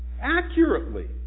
accurately